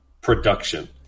Production